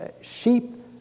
Sheep